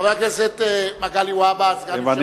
חבר הכנסת מגלי והבה, בבקשה.